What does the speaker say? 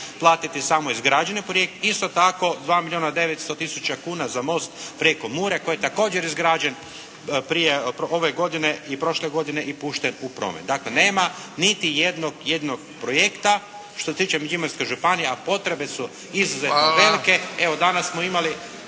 platiti samo izgrađeni projekt. Isto tako 2 milijuna i 900 tisuća kuna za most preko Mure koji je također izgrađen ove godine i prošle godine i pušten u promet. Dakle nema niti jednog jedinog projekta što se tiče Međimurske županije, a potrebe su izuzetno velike. Evo danas smo imali